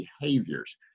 behaviors